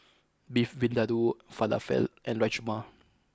Beef Vindaloo Falafel and Rajma